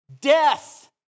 Death